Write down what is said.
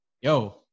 Yo